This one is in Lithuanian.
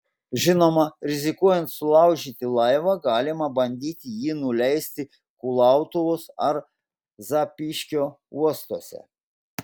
žinoma rizikuojant sulaužyti laivą galima bandyti jį nuleisti kulautuvos ar zapyškio uostuose